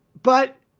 but